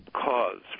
cause